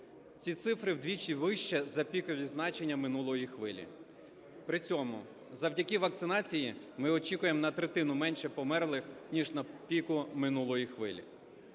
Ці цифри вдвічі вищі за пікові значення минулої хвилі, при цьому завдяки вакцинації ми очікуємо на третину менше померлих ніж на піку минулої хвилі.